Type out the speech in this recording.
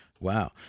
Wow